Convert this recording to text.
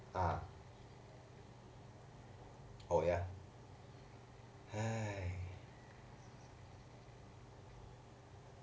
ah oh ya